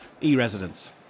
e-residents